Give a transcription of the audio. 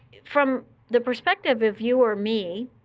from the perspective of you or me,